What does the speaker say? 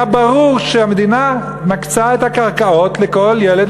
היה ברור שהמדינה מקצה את הקרקעות לכל ילד,